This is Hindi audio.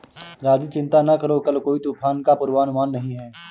राजू चिंता ना करो कल कोई तूफान का पूर्वानुमान नहीं है